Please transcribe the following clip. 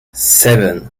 seven